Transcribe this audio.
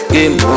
Game